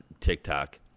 tiktok